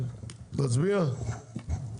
נעבור להצבעה.